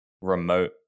remote